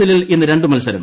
എല്ലിൽ ഇന്ന് രണ്ട് മൽസരം